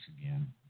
again